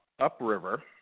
upriver